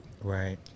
Right